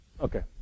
Okay